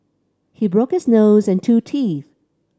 he broke his nose and two teeth